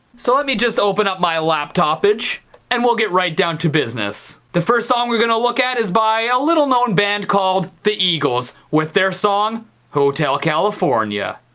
so let me just open up my laptopedge and we'll get right down to business. the first song we're gonna look at is by a little-known band called the eagles with their song hotel california.